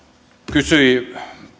kysyi